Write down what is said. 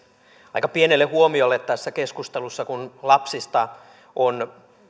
aika pienelle huomiolle tässä keskustelussa kun lapsista on